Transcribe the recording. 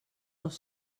dos